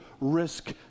risk